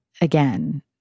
again